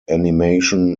animation